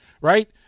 right